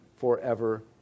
forever